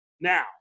Now